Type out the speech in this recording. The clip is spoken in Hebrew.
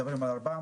מדברים על 400,